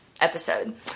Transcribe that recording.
episode